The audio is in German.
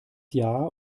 jahr